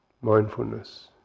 Mindfulness